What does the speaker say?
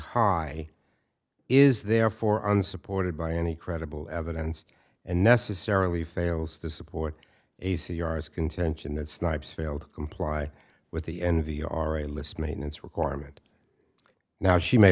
high is therefore unsupported by any credible evidence and necessarily fails to support a c r s contention that snipes failed to comply with the n v are a list maintenance requirement now she may